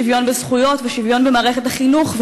שוויון בזכויות ושוויון במערכת החינוך,